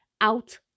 out